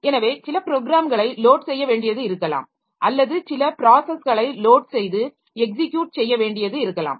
எனவே சில ப்ரோக்ராம்களை லோட் செய்ய வேண்டியது இருக்கலாம் அல்லது சில ப்ராஸஸ்களை லோட் செய்து எக்ஸிக்யுட் செய்ய வேண்டியது இருக்கலாம்